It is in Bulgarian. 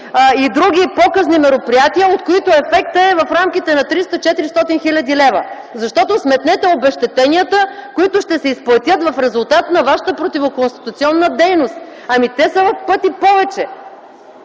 и други показни мероприятия, от които ефектът е в рамките на 300-400 хил. лв. Защото сметнете обезщетенията, които ще се изплатят в резултат на вашата противоконституционна дейност. Те са в пъти повече!